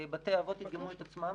בתי האבות ידגמו את עצמם,